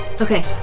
Okay